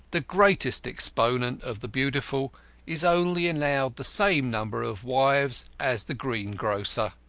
the greatest exponent of the beautiful is only allowed the same number of wives as the greengrocer.